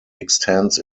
extends